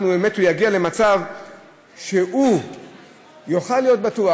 אנחנו נגיע למצב שהוא יוכל להיות בטוח: